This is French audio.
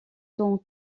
sont